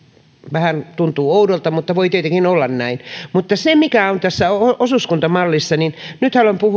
vähän tuntuu oudolta mutta voi tietenkin olla näin mutta siitä mikä on epäselvää tässä osuuskuntamallissa nyt haluan